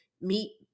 meet